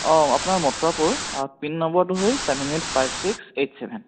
অঁ আপোনাৰ মথুৰাপুৰ পিন নম্বৰটো হ'ল seven eight five six eight seven